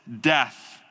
death